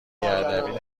بیادبی